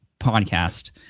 podcast